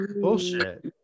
bullshit